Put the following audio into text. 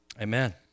Amen